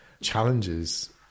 challenges